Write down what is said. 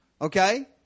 Okay